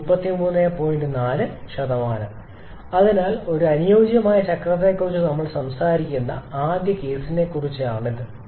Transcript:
4 അതിനാൽ ഒരു അനുയോജ്യമായ ചക്രത്തെക്കുറിച്ച് നമ്മൾ സംസാരിക്കുന്ന ആദ്യ കേസിനെക്കുറിച്ചാണ് ഇത്